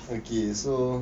okay so